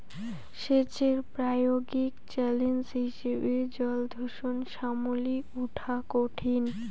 সেচের প্রায়োগিক চ্যালেঞ্জ হিসেবে জলদূষণ সামলি উঠা কঠিন